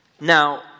now